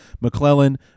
McClellan